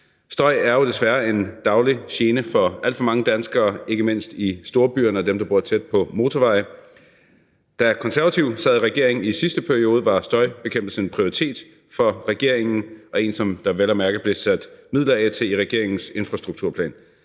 Støj er jo desværre en daglig gene for alt for mange danskere, ikke mindst i storbyerne og for dem, der bor tæt på motorveje. Da Konservative sad i regering i sidste periode, var støjbekæmpelse en prioritet for regeringen, og det var vel at mærke en, der blev sat midler af til i regeringens infrastrukturplan.